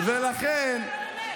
זה שקר.